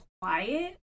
quiet